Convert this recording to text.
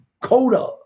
Coda